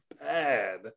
bad